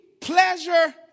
pleasure